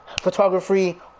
photography